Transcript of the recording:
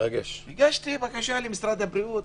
הגשתי בקשה למשרד הבריאות.